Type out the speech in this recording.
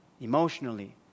emotionally